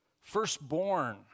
firstborn